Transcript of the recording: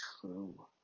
true